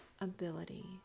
ability